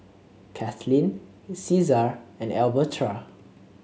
Katlynn Caesar and Elberta